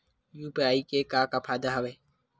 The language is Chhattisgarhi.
यू.पी.आई के का फ़ायदा हवय?